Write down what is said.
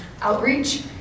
outreach